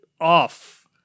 off